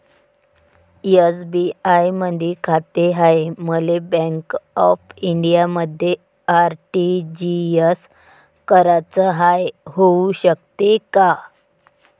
SBI मधी खाते हाय, मले बँक ऑफ इंडियामध्ये आर.टी.जी.एस कराच हाय, होऊ शकते का?